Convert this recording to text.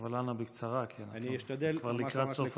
אבל אנא, בקצרה, כי אנחנו כבר לקראת סוף הזמן.